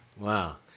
Wow